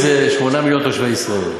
צרת רבים או צרת היחיד,